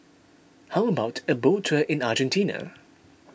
how about a boat tour in Argentina